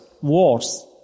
wars